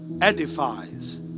edifies